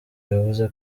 yavuze